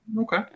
Okay